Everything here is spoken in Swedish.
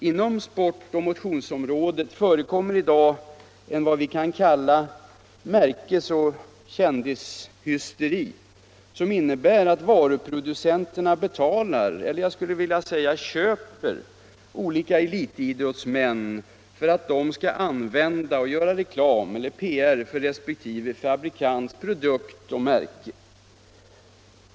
Inom sportoch motionsområdet förekommer i dag en ”märkesoch kändishysteri”, som innebär att varuproducenterna betalar — eller köper —- olika elitidrottsmän för att de skall använda och göra reklam eller PR för resp. fabrikants produkt eller märke.